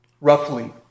roughly